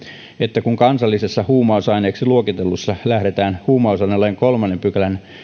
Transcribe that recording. että kun kansallisessa huumausaineeksi luokittelussa lähdetään huumausainelain kolmannen pykälän